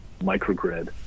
microgrid